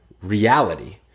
reality